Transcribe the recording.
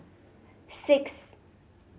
six